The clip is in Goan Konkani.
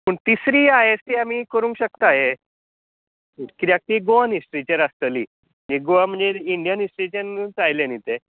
पूण तिसरी आय एस ए आमी करूंक शकता हे कित्याक ती दोन हिस्ट्रीचेर आसतली एगूआ म्हणजे इंडीयन हिस्ट्रीनूत आयले नी ते